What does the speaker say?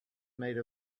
made